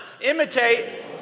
Imitate